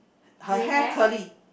her hair curly